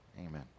amen